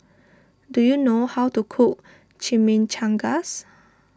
do you know how to cook Chimichangas